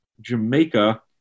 Jamaica